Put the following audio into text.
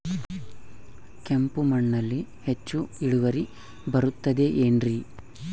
ಕೆಂಪು ಮಣ್ಣಲ್ಲಿ ಹೆಚ್ಚು ಇಳುವರಿ ಬರುತ್ತದೆ ಏನ್ರಿ?